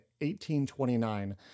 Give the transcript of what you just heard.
1829